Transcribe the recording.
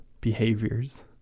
behaviors